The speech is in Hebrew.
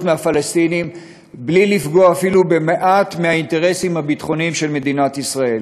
מהפלסטינים בלי לפגוע אפילו במעט באינטרסים הביטחוניים של מדינת ישראל.